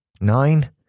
nine